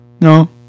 No